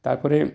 তারপরে